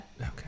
Okay